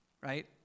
right